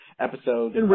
episodes